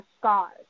scars